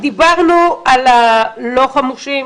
אנחנו חיים בתוך עמנו,